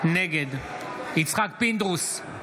נגד יצחק פינדרוס,